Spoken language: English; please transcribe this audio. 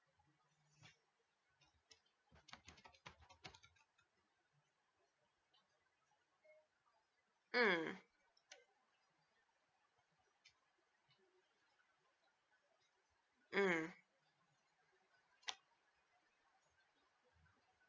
mm mm